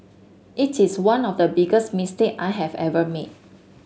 it is one of the biggest mistake I have ever made